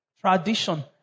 tradition